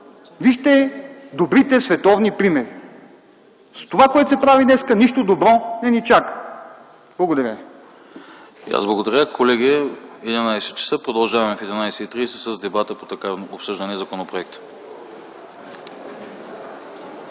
Вижте добрите световни примери. С това, което се прави днес, нищо добре не ни чака! Благодаря.